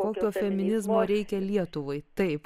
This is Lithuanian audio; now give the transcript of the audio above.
kokio feminizmo reikia lietuvai taip